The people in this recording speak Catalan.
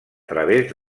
través